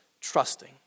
trusting